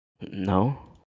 No